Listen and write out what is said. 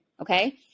okay